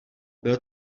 byl